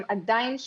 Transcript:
אל השטחים הפתוחים,